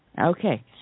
Okay